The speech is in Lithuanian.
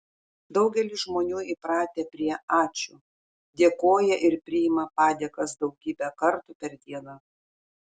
daugelis žmonių įpratę prie ačiū dėkoja ir priima padėkas daugybę kartų per dieną